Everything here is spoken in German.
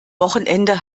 wochenende